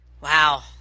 wow